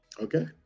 Okay